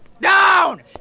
down